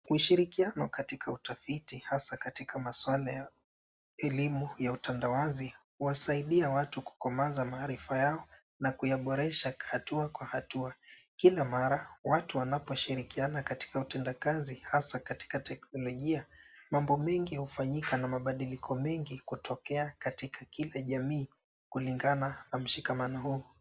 Ushirikiano katika utafiti hasa katika maswala a elimu ya utandawazi huwasaidia watu kukomaza maarifa yao na kuyaboresha hatua kwa hatua. Kila mara watu wanaposhirikiana katika utendakazi hasa katika teknolojia, mambo mengi hufanyika na mabadiliko kutokea katika kila jamii. Kulingana na mshikamano huu.